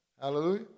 Hallelujah